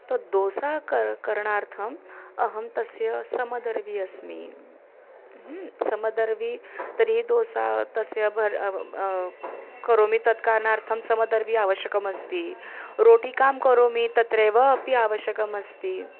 तद् दोसा कर् करणार्थम् अहं तस्य समदर्वी अस्मि समदर्वी तर्हि दोसा तस्य करोमि तत् कारणार्थं समदर्वी आवश्यकमस्ति रोटिकां करोमि तत्रैव अपि आवश्यकमस्ति